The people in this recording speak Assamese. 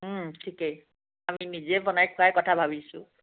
ঠিকেই আমি নিজেই বনাই খোৱাই কথা ভাবিছোঁ